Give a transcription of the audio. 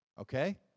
okay